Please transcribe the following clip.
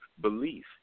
belief